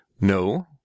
No